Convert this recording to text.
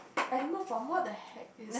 animal from !what the heck! is